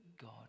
God